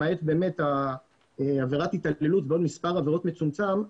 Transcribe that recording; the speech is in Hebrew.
למעט עבירת התעללות ועוד מספר עבירות מצומצם,